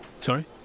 Sorry